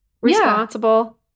responsible